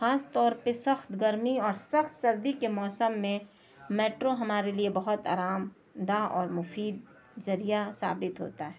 خاص طور پہ سخت گرمی اور سخت سردی کے موسم میں میٹرو ہمارے لیے بہت آرام دہ اور مفید ذریعہ ثابت ہوتا ہے